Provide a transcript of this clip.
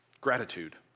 Gratitude